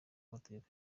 amategeko